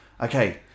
okay